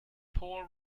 poor